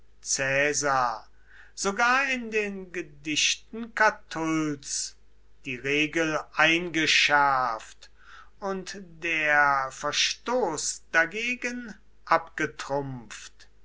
sogar in den gedichten catulls die regel eingeschärft und der verstoß dagegen